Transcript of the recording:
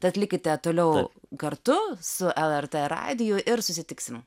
tad likite toliau kartu su el er tė radiju ir susitiksim